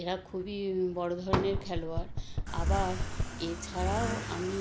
এরা খুবই বড়ো ধরনের খেলোয়াড় আবার এছাড়াও আমি